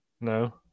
No